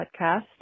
podcast